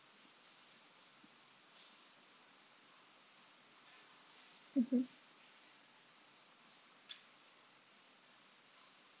mmhmm